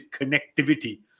connectivity